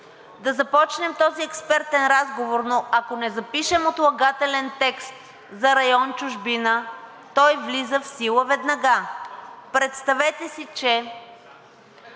да започнем този експертен разговор, но ако не запишем отлагателен текст за район „Чужбина“, той влиза в сила веднага. Представете си, че